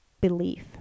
belief